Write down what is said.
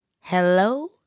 hello